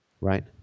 right